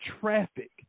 traffic